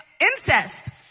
incest